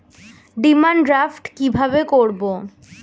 Demand draft কীভাবে করব?